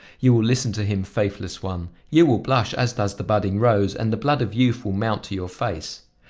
you will listen to him, faithless one! you will blush as does the budding rose and the blood of youth will mount to your face.